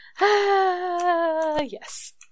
Yes